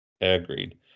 Agreed